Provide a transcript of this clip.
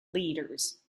leaders